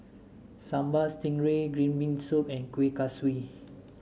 Sambal Stingray Green Bean Soup and Kuih Kaswi